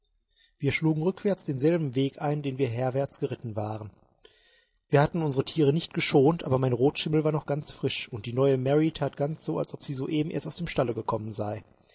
wir schlugen rückwärts denselben weg ein den wir herwärts geritten waren wir hatten unsere tiere nicht geschont aber mein rotschimmel war noch ganz frisch und die neue mary tat ganz so als ob sie soeben erst aus dem stalle gekommen sei